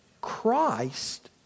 Christ